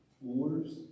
wars